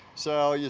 so, yeah